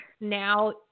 now